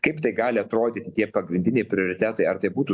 kaip tai gali atrodyti tie pagrindiniai prioritetai ar tai būtų